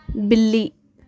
بلی